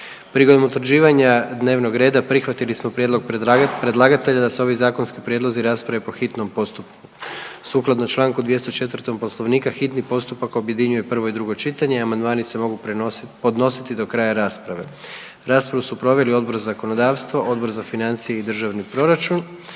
Prigodom utvrđivanja dnevnog reda prihvatili smo prijedlog predlagatelja da se ovaj zakonski prijedlozi rasprave po hitnom postupku. Sukladno čl. 204. Poslovnika, hitni postupak objedinjuje prvo i drugo čitanje, a amandmani se mogu podnositi do kraja rasprave. Raspravu su proveli Odbor za zakonodavstvo, Odbor za financije i državni proračun